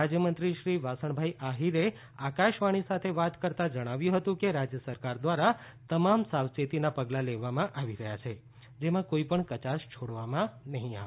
રાજ્યમંત્રી શ્રી વાસણભાઈ આહિરે આકાશવાણી સાથે વાત કરતા જણાવ્યું હતું કે રાજ્ય સરકાર દ્વારા તમામ સાવયેતીના પગલા લેવામાં આવી રહ્યા છે જેમાં કોઈપણ કચાશ છોડવામાં નહીં આવે